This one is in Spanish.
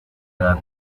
edad